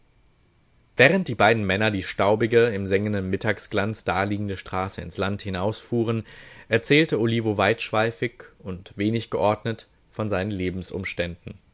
während die beiden männer die staubige im sengenden mittagsglanz daliegende straße ins land hinausfuhren erzählte olivo weitschweifig und wenig geordnet von seinen lebensumständen